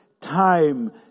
time